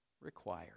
Required